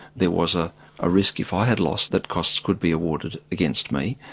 there was a ah risk if i had lost that costs could be awarded against me.